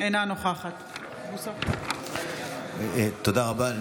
אינה נוכחת תודה רבה.